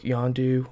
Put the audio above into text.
Yondu